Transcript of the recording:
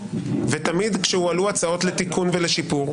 ותמיד כשהועלו הצעות לתיקון ולשיפור,